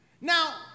Now